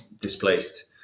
displaced